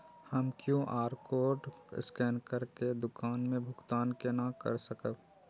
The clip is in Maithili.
हम क्यू.आर कोड स्कैन करके दुकान में भुगतान केना कर सकब?